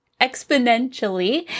exponentially